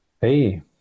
hey